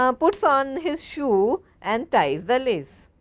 um puts on his shoe and ties the lace,